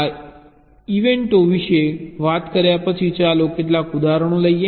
આ ઇવેન્ટઓ વિશે વાત કર્યા પછી ચાલો કેટલાક ઉદાહરણો લઈએ